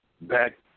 back